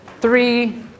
three